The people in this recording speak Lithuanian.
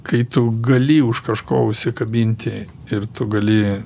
kai tu gali už kažko užsikabinti ir tu gali